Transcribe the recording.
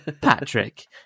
Patrick